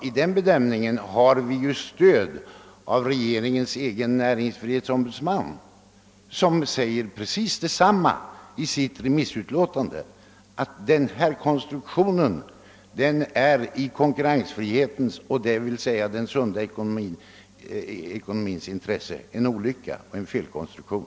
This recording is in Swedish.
I denna bedömning har vi stöd av regeringens egen näringsfrihetsombudsman, som i sitt remissutlåtande säger att denna konstruktion ur konkurrensfrihetens, d. v. s. den sunda ekonomins, intresse är en olycklig felkonstruktion.